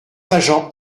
agents